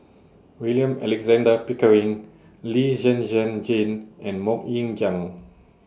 William Alexander Pickering Lee Zhen Zhen Jane and Mok Ying Jang